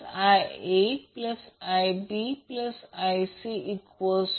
तर In VAN angle 0° ZY असेल हे VAN अँगल 0° z असेल